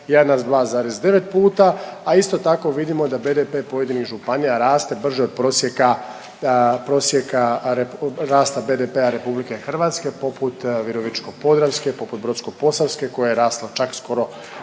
devet puta, a isto tako vidimo da BDP pojedinih županija raste brže od prosjeka rasta BDP-a Republike Hrvatske poput Virovitičko-podravske, poput Brodsko-posavske koja je rasla čak skoro